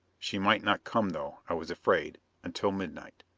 she might not come, though, i was afraid, until midnight.